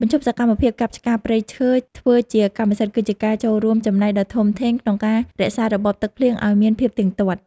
បញ្ឈប់សកម្មភាពកាប់ឆ្ការព្រៃឈើធ្វើជាកម្មសិទ្ធិគឺជាការចូលរួមចំណែកដ៏ធំធេងក្នុងការរក្សារបបទឹកភ្លៀងឱ្យមានភាពទៀងទាត់។